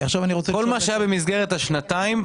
כל מה שהיה במסגרת השנתיים,